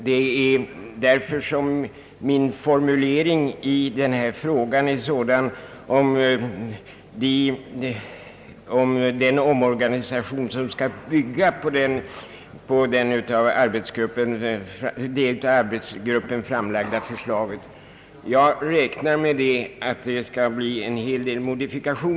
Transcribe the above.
Det är därför som min fråga har fått en sådan formulering — jag frågar om den omorganisation som skall bygga på det av arbetsgruppen framlagda förslaget. Jag räknar med att det skall modifieras en hel del.